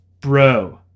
bro